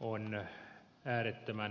äärettömän tärkeä ratahanke